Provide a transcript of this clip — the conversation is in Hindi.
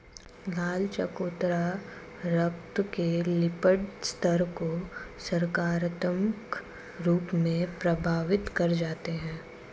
लाल चकोतरा रक्त के लिपिड स्तर को सकारात्मक रूप से प्रभावित कर जाते हैं